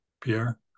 Pierre